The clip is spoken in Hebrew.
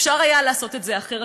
אפשר היה לעשות את זה אחרת.